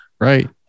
Right